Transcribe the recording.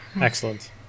excellent